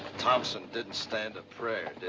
thomson didn't stand a prayer,